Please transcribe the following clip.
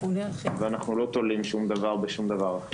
אנחנו לא תולים שום דבר בשום דבר.